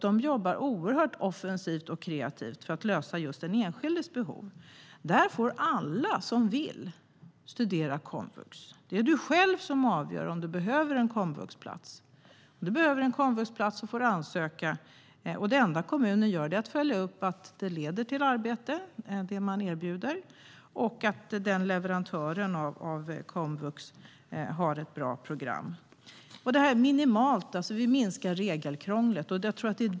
De jobbar oerhört offensivt och kreativt för att lösa just den enskildes behov. Där får alla som vill studera komvux. Det är du själv som avgör om du behöver en komvuxplats. Om du behöver det får du ansöka, och det enda kommunen gör är att följa upp att det man erbjuder leder till arbete och att leverantören av komvux har ett bra program. Det är minimalt. Vi minskar regelkrånglet.